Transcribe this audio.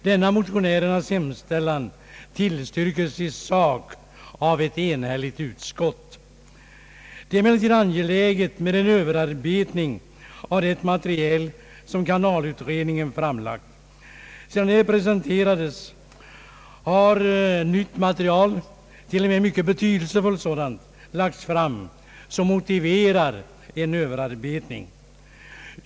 Denna motionärernas hemstäl Det är angeläget med en överarbetning av det material som kanaltrafikutredningen framlagt. Sedan det presenterades har nytt material — till och med mycket betydelsefullt sådant — lagts fram, och det motiverar en överarbetning.